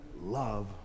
love